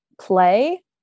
play